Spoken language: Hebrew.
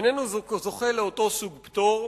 איננו זוכה לאותו סוג פטור,